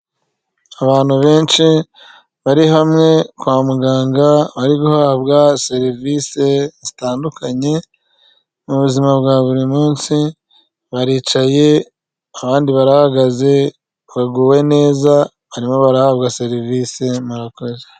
Abantu benshi bari hamwe kwa muganga bari guhabwa serivisi zitandukanye mu buzima bwa buri munsi, baricaye abandi barahagaze baguwe neza barimo barahabwa serivisi murakoze.